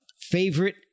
favorite